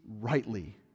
rightly